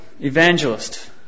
evangelist